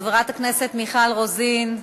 חברת הכנסת מיכל רוזין,